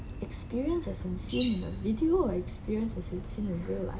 experience as in seen in a video or experiences as in seen in real life